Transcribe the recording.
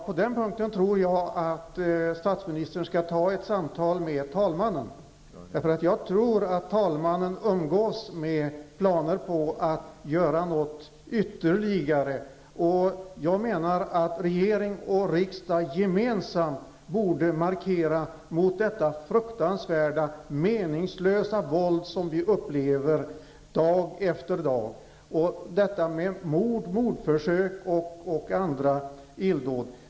Herr talman! Jag tror att statsministern på den här punkten bör ta ett samtal med talmannen, eftersom jag tror att talmannen umgås med planer på att göra något ytterligare. Jag menar att regeringen och riksdagen gemensamt borde markera mot detta fruktansvärda, meningslösa våld som vi upplever dag efter dag -- mord, mordförsök och andra illdåd.